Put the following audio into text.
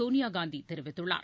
சோனியா காந்தி தெரிவித்துள்ளார்